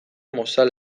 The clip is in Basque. mozal